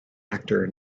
actor